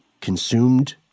consumed